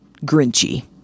Grinchy